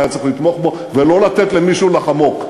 צריך לתמוך בו ולא לתת למישהו לחמוק.